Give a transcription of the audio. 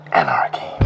anarchy